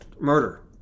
murder